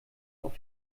auf